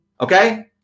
Okay